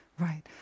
Right